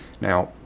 now